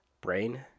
brain